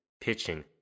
pitching